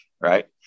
Right